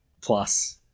plus